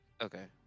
okay